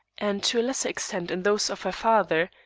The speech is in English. and to a lesser extent in those of her father,